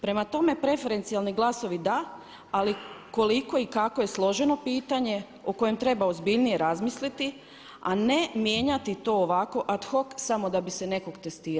Prema tome preferencijalni glasovi da, ali koliko i kako je složeno pitanje o kojem treba ozbiljnije razmisliti a ne mijenjati to ovako ad hoc samo da bi se nekog testiralo.